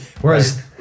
Whereas